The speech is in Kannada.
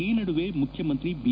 ಈ ನಡುವೆ ಮುಖ್ಯಮಂತ್ರಿ ಐ